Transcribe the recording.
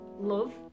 love